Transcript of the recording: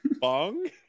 Bong